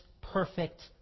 perfect